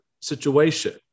situation